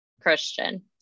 christian